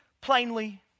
plainly